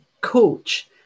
coach